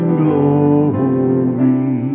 glory